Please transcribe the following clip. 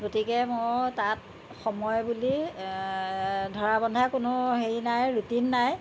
গতিকে মোৰ তাত সময় বুলি ধৰা বন্ধা কোনো হেৰি নাই ৰুটিন নাই